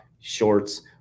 shorts